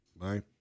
Bye